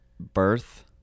Birth